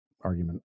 argument